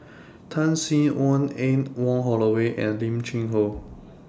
Tan Sin Aun Anne Wong Holloway and Lim Cheng Hoe